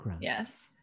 Yes